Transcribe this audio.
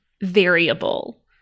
variable